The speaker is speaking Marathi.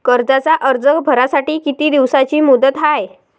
कर्जाचा अर्ज भरासाठी किती दिसाची मुदत हाय?